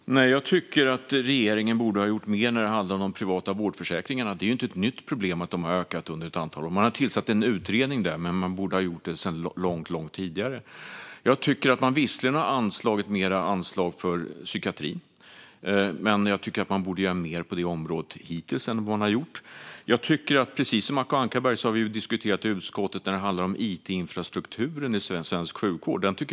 Fru talman! Jag tycker att regeringen borde göra mer när det gäller de privata vårdförsäkringarna. Det är inget nytt problem, för de har ökat under ett antal år. Man har nu tillsatt en utredning, men man borde har gjort det långt tidigare. Regeringen har visserligen anslagit mer pengar till psykiatrin, men man borde göra mer på detta område än man hittills har gjort. I utskottet har vi ju diskuterat it-infrastrukturen i svensk sjukvård.